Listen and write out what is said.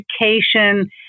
Education